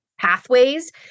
pathways